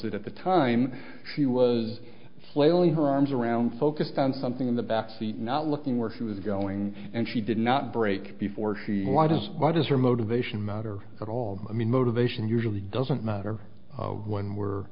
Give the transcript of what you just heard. that at the time she was flailing her arms around focused on something in the backseat not looking where she was going and she did not break before she was what is her motivation matter at all i mean motivation usually doesn't matter when we're